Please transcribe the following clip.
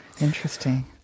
Interesting